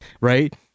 right